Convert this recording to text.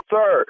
Sir